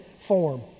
form